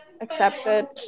accepted